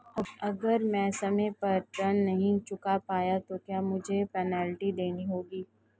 अगर मैं समय पर ऋण नहीं चुका पाया तो क्या मुझे पेनल्टी देनी होगी?